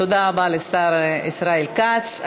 תודה רבה לשר ישראל כץ.